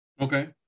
Okay